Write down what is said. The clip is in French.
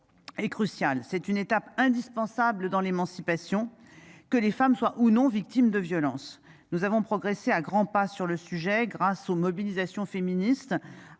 Est crucial. C'est une étape indispensable dans l'émancipation que les femmes soient ou non victimes de violences. Nous avons progressé à grands pas sur le sujet. Grâce aux mobilisations féministes